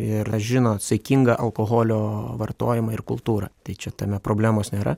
ir žino saikingą alkoholio vartojimą ir kultūrą tai čia tame problemos nėra